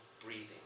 breathing